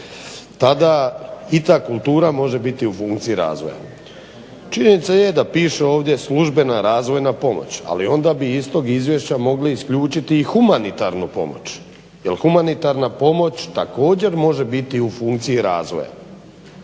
Tada i ta kultura može biti u funkciji razvoja. Činjenica je da piše ovdje službena razvojna pomoć ali onda bi iz tog izvješća mogli isključiti humanitarnu pomoć jer humanitarna pomoć također može biti u funkciji razvoja.